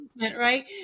right